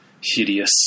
hideous